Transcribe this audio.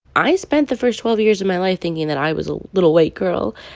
i spent the first twelve years of my life thinking that i was a little white girl.